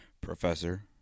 professor